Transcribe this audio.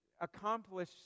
accomplish